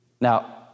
Now